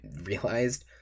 realized